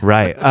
Right